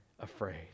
afraid